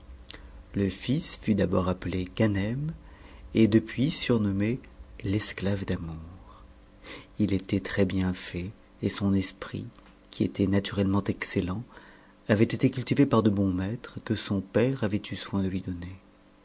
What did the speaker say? le fils fut d'abord appelé ganem et depuis surnommé l'esclave d'amour h était très-bien ai et soft esprit qui était naturellement excellent avait été cultivé par de bons maîtres que son père avait eu soin de lui donner